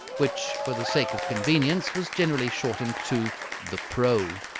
which for the sake of convenience was generally shortened to the pro.